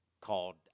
called